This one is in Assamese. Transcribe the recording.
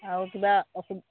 আৰু কিবা